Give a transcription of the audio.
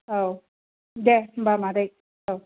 औ दे होनबा मादै औ